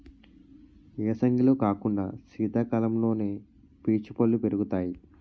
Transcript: ఏసంగిలో కాకుండా సీతకాలంలోనే పీచు పల్లు పెరుగుతాయి